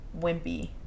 wimpy